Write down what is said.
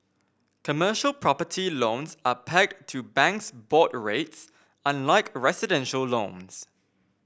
commercial property loans are pegged to banks' board rates unlike residential loans